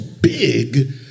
big